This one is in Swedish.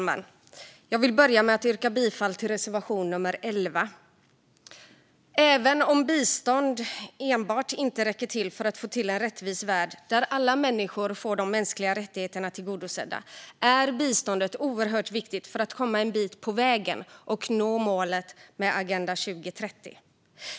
Herr talman! Jag yrkar bifall till reservation nummer 11. Även om enbart bistånd inte räcker till för att få till en rättvis värld där alla människor får de mänskliga rättigheterna tillgodosedda är biståndet oerhört viktigt för att komma en bit på vägen att nå målen med Agenda 2030.